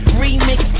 remix